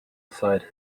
aside